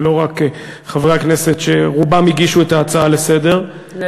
ולא רק חברי הכנסת שרובם הגישו את ההצעה לסדר-היום,